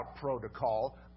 protocol